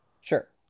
Sure